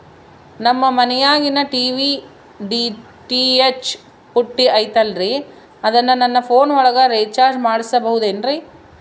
ನಮ್ಮ ಮನಿಯಾಗಿನ TV DTH ಪುಟ್ಟಿ ಐತಲ್ರೇ ಅದನ್ನ ನನ್ನ ಪೋನ್ ಒಳಗ ರೇಚಾರ್ಜ ಮಾಡಸಿಬಹುದೇನ್ರಿ?